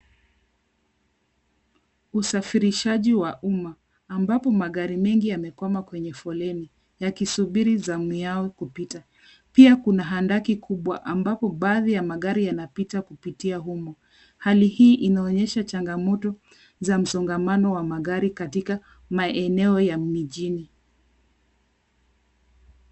Usafirishaji wa umma, ambapo magari mengi yamekwama kwenye foleni, yakisubiri zamu yao kupita. Pia kuna handaki kubwa ambapo baadhi ya magari yanapita kupitia humo. Hali hii inaonyesha changamoto za msongamano wa magari katika, maeneo ya mijini.